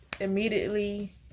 immediately